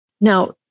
now